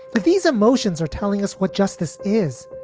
these emotions are telling us what justice is.